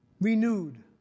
renewed